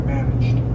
managed